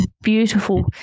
beautiful